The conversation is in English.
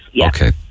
Okay